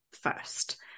first